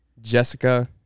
Jessica